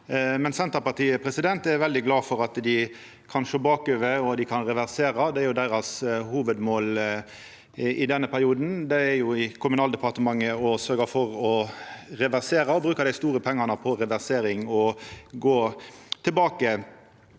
Senterpartiet er veldig glad for at dei kan sjå bakover og reversera. Det er jo deira hovudmål i denne perioden. Dei er i Kommunaldepartementet og sørgjer for å reversera og brukar dei store pengane på reversering og å gå tilbake.